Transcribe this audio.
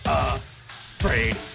afraid